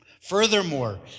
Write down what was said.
Furthermore